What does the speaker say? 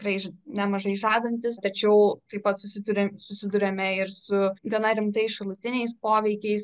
tikrai nemažai žadantys tačiau taip pat susiduriam susiduriame ir su gana rimtais šalutiniais poveikiais